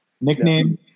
Nickname